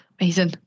Amazing